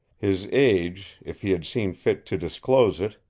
his age, if he had seen fit to disclose it,